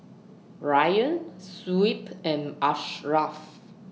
Ryan Shuib and Ashraf